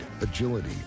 agility